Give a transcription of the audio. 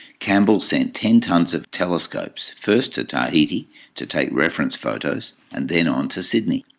campbell sent ten tons of telescopes, first to tahiti to take reference photos, and then on to sydney.